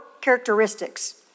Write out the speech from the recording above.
characteristics